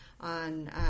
on